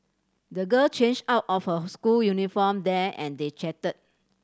the girl changed out of her school uniform there and they chatted